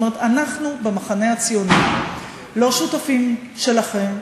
אנחנו במחנה הציוני לא שותפים שלכם,